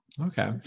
okay